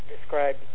describe